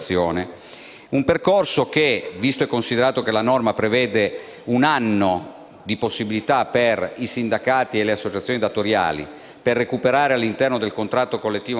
abrogazione. Visto e considerato che la norma prevede un anno di tempo per i sindacati e le associazioni datoriali per recuperare, all'interno del contratto collettivo nazionale,